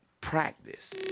practice